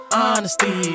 honesty